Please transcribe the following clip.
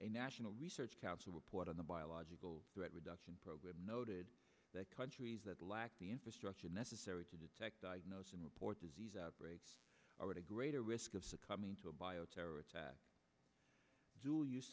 a national research council report on the biological threat reduction program noted that countries that lack the infrastructure necessary to detect diagnose and report disease outbreaks are at a greater risk of succumbing to a bio terror attack dual us